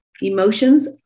Emotions